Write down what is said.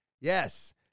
Yes